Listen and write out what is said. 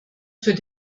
für